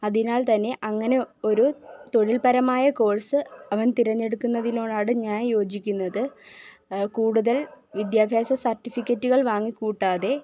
അതിനാല് തന്നെ അങ്ങനെ ഒരു തൊഴില്പരമായ കോഴ്സ് അവന് തിരഞ്ഞെടുക്കുന്നതിനോടാണ് ഞാന് യോജിക്കുന്നത് കൂടുതല് വിദ്യാഭ്യാസ സര്ട്ടിഫിക്കറ്റുകള് വാങ്ങി കൂട്ടാതെ